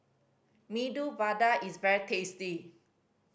Medu Vada is very tasty